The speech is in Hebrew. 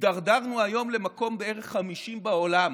הידרדרנו היום למקום בערך 50 בעולם.